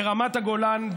רמת הגולן,